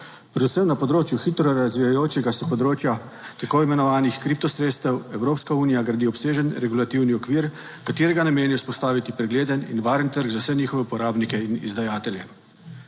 Predvsem na področju hitro razvijajočega se področja tako imenovanih kripto sredstev, Evropska unija gradi obsežen regulativni okvir, katerega namen je vzpostaviti pregleden in varen trg za vse njihove uporabnike in izdajatelje.